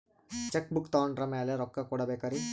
Check book ತೊಗೊಂಡ್ರ ಮ್ಯಾಲೆ ರೊಕ್ಕ ಕೊಡಬೇಕರಿ?